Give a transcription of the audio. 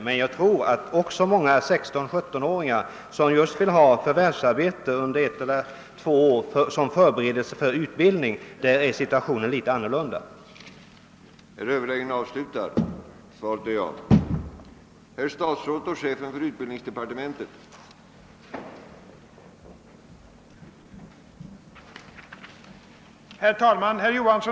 Mcn jag tror också att många 16—17 åringar, som vill ha förvärvsarbete under ett eller två år som förberedelse för utbildning, står inför en litet annorlunda situation.